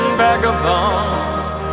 vagabonds